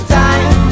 time